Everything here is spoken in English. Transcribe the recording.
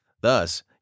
Thus